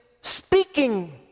speaking